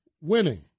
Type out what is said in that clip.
winning